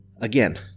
again